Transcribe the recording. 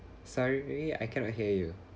sorry I cannot hear you